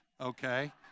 okay